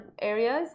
areas